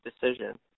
decision